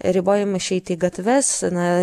ribojimo išeiti į gatves na